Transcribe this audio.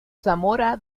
zamora